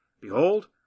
behold